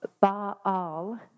Baal